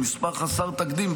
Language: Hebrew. מספר חסר תקדים,